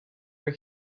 her